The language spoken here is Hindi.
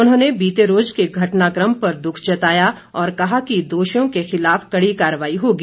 उन्होंने बीते रोज के घटनाकम पर दुख जताया और कहा कि दोषियों के खिलाफ कड़ी कारवाई होगी